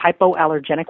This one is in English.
hypoallergenic